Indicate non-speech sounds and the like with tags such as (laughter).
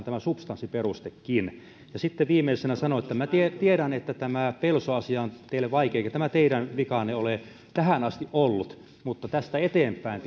(unintelligible) tämä substanssiperustekin sitten viimeisenä sanon että tiedän että tämä pelso asia on teille vaikea eikä tämä teidän vikanne ole tähän asti ollut mutta tästä eteenpäin (unintelligible)